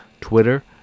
Twitter